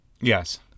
Yes